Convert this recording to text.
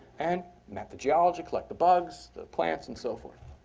and map the geology, collect the bugs, the plants, and so forth.